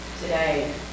today